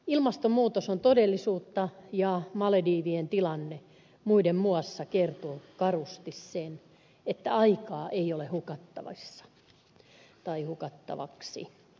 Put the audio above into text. ilmastonmuutos on todellisuutta ja malediivien tilanne muiden muassa kertoo karusti sen että aikaa ei ole hukattavaksi